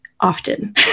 often